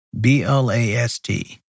B-L-A-S-T